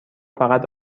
فقط